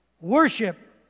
Worship